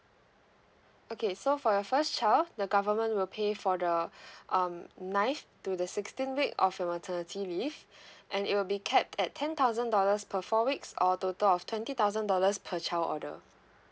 okay so for your first child the government will pay for the um ninth to the sixteen week of your maternity leave and it will be kept at ten thousand dollars per four weeks or a total of twenty thousand dollars per child order